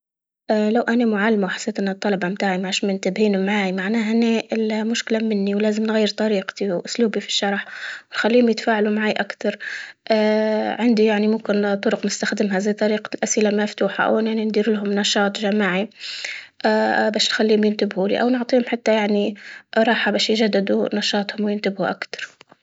اه لو أنا معلمة حسيت ان الطلبة متاعي منتبهين معاي معناها إني المشكلة مني ولازم نغير طريقتي وأسلوبي في الشرح نخليهم يتفاعلوا معاي أكتر، اه عندي يعني ممكن طرق نستخدمها زي طريقة أسئلة مفتوحة او انني ندير لهم نشاط جماعي، اه باش تخليهم ينتبهوا لي أو نعطيهم حتى يعني راحة باش يجددوا نشاطهم وينتبهوا أكتر.